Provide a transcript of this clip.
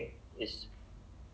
A N ya